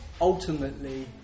ultimately